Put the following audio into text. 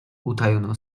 utajoną